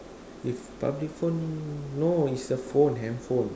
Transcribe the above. with public phone no is your phone handphone